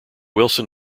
wilson